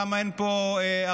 למה אין פה הרתעה.